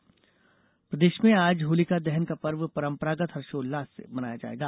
होलिका दहन प्रदेश में आज होलिका दहन का पर्व परंपरागत हर्षोल्लास से मनाया जायेगा